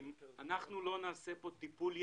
אם אנחנו לא נעשה פה טיפול יסודי,